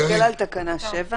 אתה מסתכל על תקנה 7?